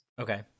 okay